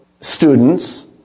students